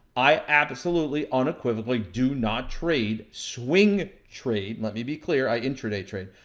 i absolutely, unequivocally do not trade swing trade. let me be clear, i intra-day trade.